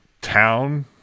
town